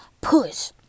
push